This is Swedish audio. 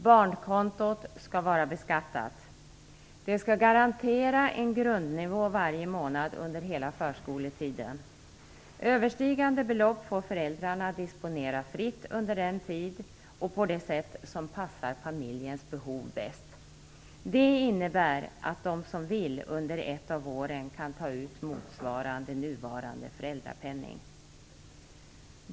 Barnkontot skall vara beskattat. Det skall garantera en grundnivå varje månad under hela förskoletiden. Överstigande belopp får föräldrarna disponera fritt under den tid och på det sätt som passar familjens behov bäst. Det innebär att de som vill under ett av åren kan ta ut motsvarande nuvarande föräldrapenning.